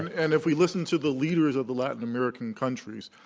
and and if we listen to the leaders of the latin american countries,